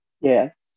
Yes